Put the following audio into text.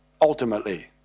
Ultimately